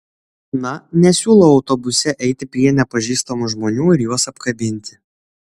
na nesiūlau autobuse eiti prie nepažįstamų žmonių ir juos apkabinti